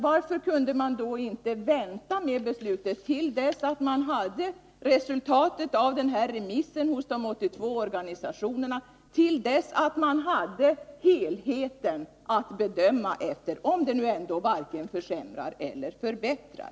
Varför kunde man inte vänta med beslutet till dess att man hade resultatet av remissen hos de 82 organisationerna, till dess att man hade helheten att bedöma efter, om nu beslutet varken försämrar eller förbättrar?